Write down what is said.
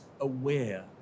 aware